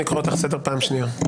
אני קורא אותך לסדר פעם שנייה.